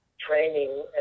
training